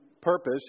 purpose